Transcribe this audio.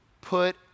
put